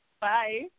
Bye